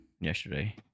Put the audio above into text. yesterday